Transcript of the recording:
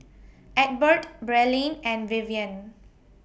Egbert Braelyn and Vivian